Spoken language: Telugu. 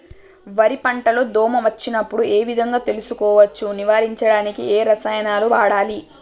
వరి పంట లో దోమ వచ్చినప్పుడు ఏ విధంగా తెలుసుకోవచ్చు? నివారించడానికి ఏ రసాయనాలు వాడాలి?